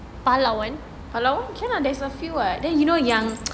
palawan okay lah that's a field [what] then you know yang